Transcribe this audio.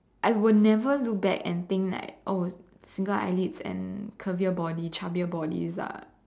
I would never look back and think like oh single eyelids and curvier body chubbier bodies are